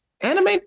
anime